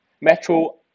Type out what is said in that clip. Metro